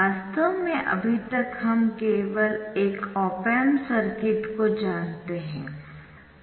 वास्तव में अभी तक हम केवल एक ऑप एम्प सर्किट को जानते है